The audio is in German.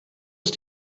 ist